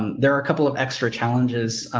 there are a couple of extra challenges,